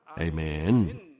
Amen